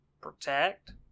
Protect